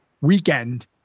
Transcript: weekend